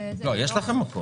לא, יש לכם מקום.